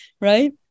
Right